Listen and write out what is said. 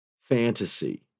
fantasy